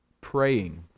praying